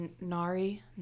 Nari